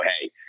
hey